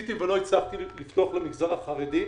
ניסיתי ולא הצלחתי לפתוח למגזר החרדי,